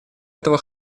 этого